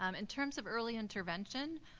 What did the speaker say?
um in terms of early intervention,